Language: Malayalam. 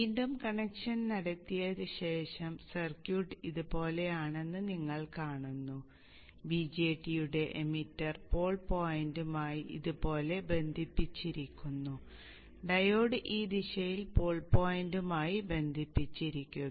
വീണ്ടും കണക്ഷൻ നടത്തിയ ശേഷം സർക്യൂട്ട് ഇതുപോലെയാണെന്ന് നിങ്ങൾ കാണുന്നു BJT യുടെ എമിറ്റർ പോൾ പോയിന്റുമായി ഇതുപോലെ ബന്ധിപ്പിച്ചിരിക്കുന്നു ഡയോഡ് ഈ ദിശയിൽ പോൾ പോയിന്റുമായി ബന്ധിപ്പിച്ചിരിക്കുന്നു